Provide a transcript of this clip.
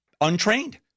untrained